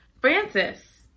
Francis